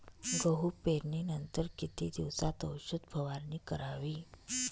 गहू पेरणीनंतर किती दिवसात औषध फवारणी करावी?